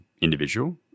individual